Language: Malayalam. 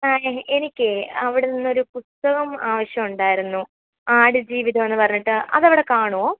എനിക്കേ അവിടുന്ന് ഒരു പുസ്തകം ആവശ്യമുണ്ടായിരുന്നു ആടുജീവിതം എന്നു പറഞ്ഞിട്ട് അത് അവിടെ കാണുമോ